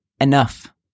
enough